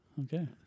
okay